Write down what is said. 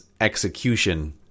execution